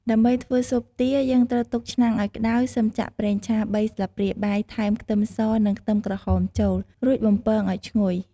ដើម្បីធ្វើស៊ុបទា យើងត្រូវទុកឆ្នាំងឱ្យក្ដៅ សឹមចាក់ប្រេងឆា ៣ស្លាបព្រាបាយ ថែម ខ្ទឹមស និង ខ្ទឹមក្រហមចូល រួចបំពងឱ្យឈ្ងុយ។